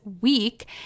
week